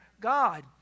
God